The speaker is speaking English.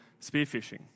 spearfishing